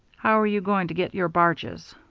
how are you going to get your barges?